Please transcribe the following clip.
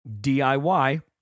DIY